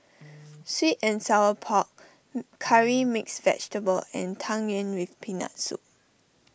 Sweet and Sour Pork Curry Mixed Vegetable and Tang Yuen with Peanut Soup